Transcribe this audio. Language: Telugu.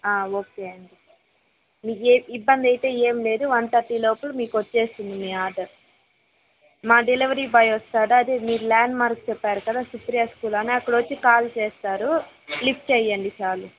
ఓకే అండి మీకు ఏ ఇబ్బంది అయితే ఏమీ లేదు వన్ థర్టీ లోపల మీకు వచ్చేస్తుంది మీ ఆర్డర్ మా డెలివరీ బాయ్ వస్తాడా అదే మీ ల్యాండ్ మార్క్ కదా సుప్రియ స్కూల్ అని అక్కడవచ్చి కాల్ చేస్తారు లిఫ్ట్ చేయండి చాలు